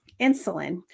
insulin